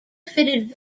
fitted